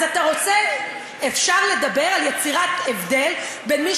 אז אפשר לדבר על יצירת הבדל בין מי